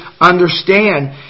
understand